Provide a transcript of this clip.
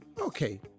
okay